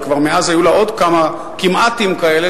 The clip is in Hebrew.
ומאז כבר היו לה עוד כמה "כמעטים" כאלה,